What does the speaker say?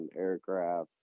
aircrafts